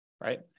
right